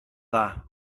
dda